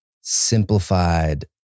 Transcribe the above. simplified